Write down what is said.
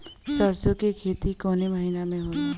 सरसों का खेती कवने महीना में होला?